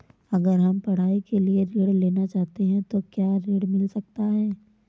अगर हम पढ़ाई के लिए ऋण लेना चाहते हैं तो क्या ऋण मिल सकता है?